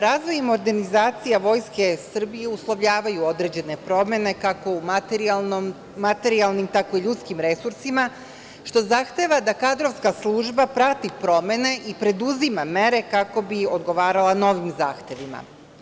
Razvoj modernizacija Vojske Srbije uslovljavaju određene promene kako u materijalnim, tako i u ljudskih resursima, što zahteva da kadrovska služba prati promene i preduzima mere kako bi odgovarala novim zahtevima.